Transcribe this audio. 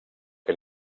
que